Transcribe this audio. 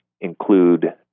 include